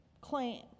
claim